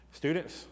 students